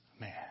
man